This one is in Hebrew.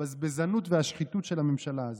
בבזבזנות ובשחיתות של הממשלה הזאת: